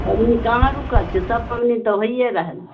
पाबनि कहाँ रुकल छै सभ पाबनि तऽ होइए रहल छै